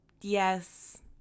yes